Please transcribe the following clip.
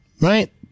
right